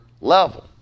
level